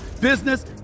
business